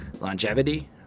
longevity